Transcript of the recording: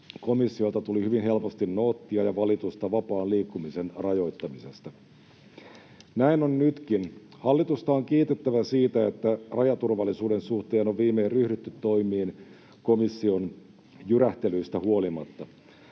komissiolta tuli hyvin helposti noottia ja valitusta vapaan liikkumisen rajoittamisesta. Näin on nytkin. Hallitusta on kiitettävä siitä, että rajaturvallisuuden suhteen on viimein ryhdytty toimiin komission jyrähtelyistä huolimatta.